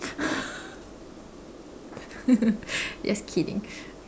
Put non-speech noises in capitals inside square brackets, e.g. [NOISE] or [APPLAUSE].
[LAUGHS] just kidding